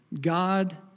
God